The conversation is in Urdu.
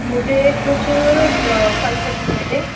مجھے کچھ پھل خریدنے تھے